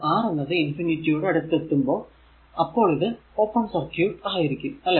അതായതു R എന്നത് യോട് അടുത്തെത്തുമോ അപ്പോൾ ഇത് ഓപ്പൺ സർക്യൂട് ആയിരിക്കും